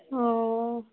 ओ